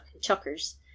chuckers